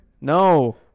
No